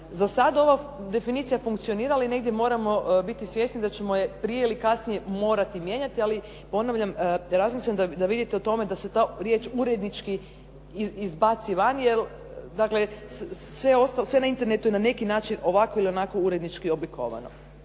za sad ova definicija funkcionira, ali negdje moramo biti svjesni da ćemo je prije ili kasnije morati mijenjati. Ali ponavljam, da razmislite, da vidite o tome da se ta riječ urednički izbaci van, jer dakle sve na Internetu je na neki način ovako ili onako urednički oblikovano.